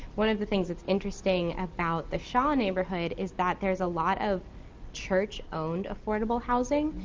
one of the things that's interesting about the shaw neighborhood is that there is a lot of church owned affordable housing.